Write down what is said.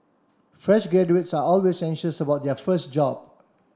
fresh graduates are always anxious about their first job